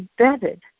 embedded